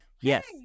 Yes